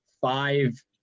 five